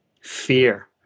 fear